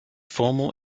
formal